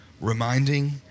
reminding